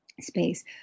space